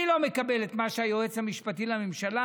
אני לא מקבל את מה שהיועץ המשפטי לממשלה,